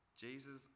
Jesus